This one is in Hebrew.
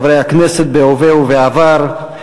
חברי הכנסת בהווה ובעבר,